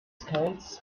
skates